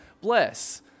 bless